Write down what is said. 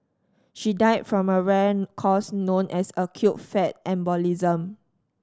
she died from a rare cause known as acute fat embolism